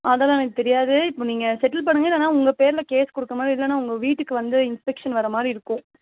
அதெலாம் எனக்கு தெரியாது இப்போ நீங்கள் செட்டில் பண்ணுங்க இல்லைனா உங்கள் பேரில் கேஸ் கொடுக்க மாதிரி இல்லைனா உங்கள் வீட்டுக்கு வந்து இன்ஸ்பெக்ஷன் வர்ற மாதிரி இருக்கும்